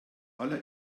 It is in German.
aller